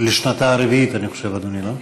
לשנתה הרביעית אני חושב, אדוני, לא?